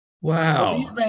Wow